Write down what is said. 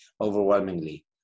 overwhelmingly